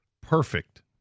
perfect